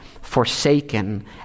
forsaken